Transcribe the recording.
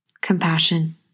compassion